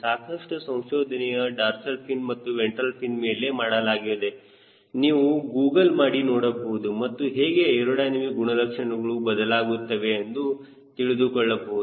ಸಾಕಷ್ಟು ಸಂಶೋಧನೆಯು dorsal fin ಮತ್ತು ವೆಂಟ್ರಲ್ ಫಿನ್ ಮೇಲೆ ಮಾಡಲಾಗಿದೆ ನೀವು ಗೂಗಲ್ ಮಾಡಿ ನೋಡಬಹುದು ಮತ್ತು ಹೇಗೆ ಏರೋಡೈನಮಿಕ್ ಗುಣಲಕ್ಷಣಗಳು ಬದಲಾಗುತ್ತವೆ ಎಂದು ತಿಳಿದುಕೊಳ್ಳಬಹುದು